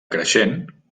creixent